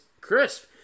crisp